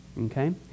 Okay